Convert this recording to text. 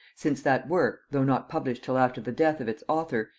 since that work, though not published till after the death of its author,